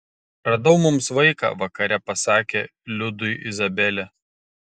radau mums vaiką vakare pasakė liudui izabelė